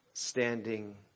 Standing